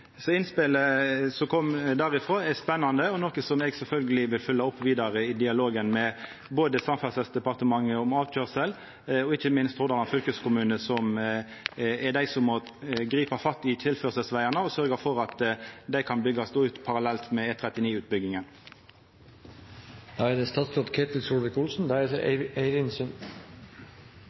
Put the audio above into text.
Innspelet som kom derifrå, er spennande og noko som eg sjølvsagt vil følgja opp vidare i dialogen med både Samferdselsdepartementet om avkøyrsel og – ikkje minst – Hordaland fylkeskommune, som er dei som må gripa fatt i tilførselsvegane og sørgja for at dei kan byggjast ut parallelt med E39-utbygginga. Mange vil ta æren for bevilgningene i budsjettet, og det